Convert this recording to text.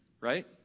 Right